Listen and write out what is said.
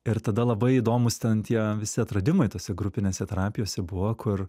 ir tada labai įdomūs ten tie visi atradimai tose grupinėse terapijose buvo kur